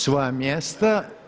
svoja mjesta.